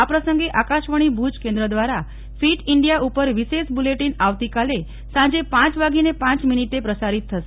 આ પ્રસંગે આકાશવાણી ભુજ કેન્દ્ર દ્વારા ફીટ ઈન્ડિયા ઉપર વિશેષ બુલેટીન આવતીકાલે સાંજે પ વાગીને પાંચ મીનીટે પ્રસારીત થશે